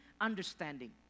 understanding